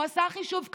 הוא עשה חישוב כזה: